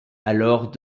alors